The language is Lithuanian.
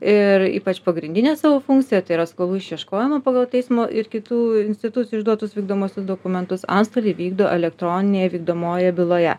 ir ypač pagrindinę savo funkciją tai yra skolų išieškojimą pagal teismo ir kitų institucijų išduotus vykdomuosius dokumentus antstoliai vykdo elektroninėje vykdomojoje byloje